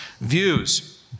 views